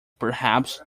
perhaps